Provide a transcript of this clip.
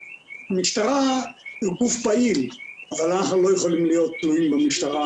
המשטרה היא גוף פעיל אבל אנחנו לא יכולים להיות תלויים במשטרה.